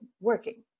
working